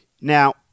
Now